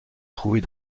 trouver